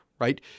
right